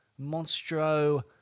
Monstro